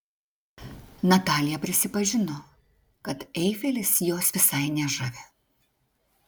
natalija prisipažino kad eifelis jos visai nežavi